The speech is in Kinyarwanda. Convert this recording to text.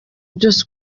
byose